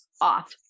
off